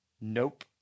Nope